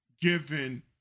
given